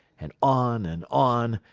and on and on,